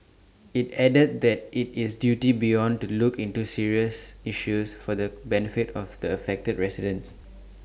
IT added that IT is duty beyond to look into serious issues for the benefit of the affected residents